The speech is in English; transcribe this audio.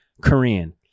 Korean